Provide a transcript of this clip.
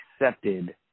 accepted